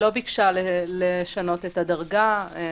אני